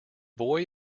boy